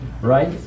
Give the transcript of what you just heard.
Right